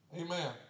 Amen